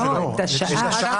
השעה הזאת